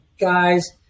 guys